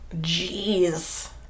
Jeez